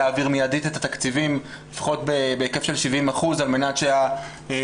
להעביר מיידית את התקציבים לפחות בהיקף של 70% על מנת שהמרכזים